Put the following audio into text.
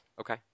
okay